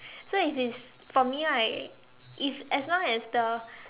so if it's for me I if as long as the